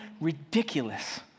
ridiculous